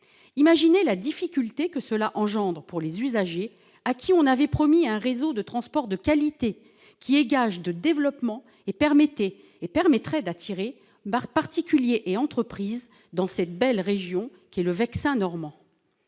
Imaginez la difficulté que cela engendre pour ces usagers à qui l'on avait promis un réseau de transport de qualité, gage de développement, qui permettrait d'attirer particuliers et entreprises dans cette belle région qu'est le Vexin normand.